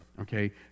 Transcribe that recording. Okay